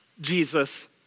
Jesus